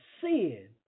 sin